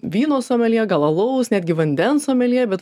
vyno somelję gal alaus netgi vandens somelję bet